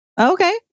Okay